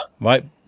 right